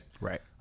Right